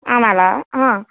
Amala